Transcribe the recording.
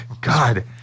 God